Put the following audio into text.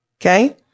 Okay